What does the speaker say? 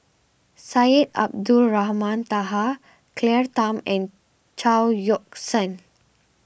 Syed Abdulrahman Taha Claire Tham and Chao Yoke San